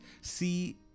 see